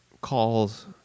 calls